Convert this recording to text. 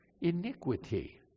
iniquity